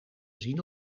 zien